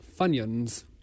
Funyuns